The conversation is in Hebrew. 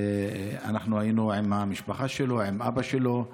אנחנו היינו עם המשפחה שלו, עם אבא שלו.